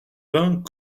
vingt